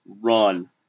run